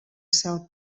cel